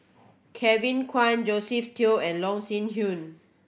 Kevin Kwan Josephine Teo and Loh Sin Yun